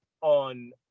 on